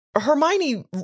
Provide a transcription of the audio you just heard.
Hermione